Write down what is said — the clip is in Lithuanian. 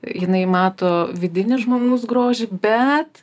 jinai mato vidinį žmogaus grožį bet